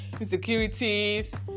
insecurities